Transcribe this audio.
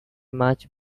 much